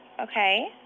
Okay